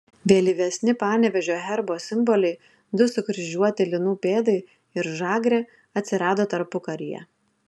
vėlyvesni panevėžio herbo simboliai du sukryžiuoti linų pėdai ir žagrė atsirado tarpukaryje